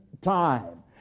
time